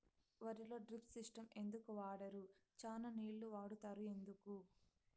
వరిలో drip system ఎందుకు వాడరు? చానా నీళ్లు వాడుతారు ఎందుకు?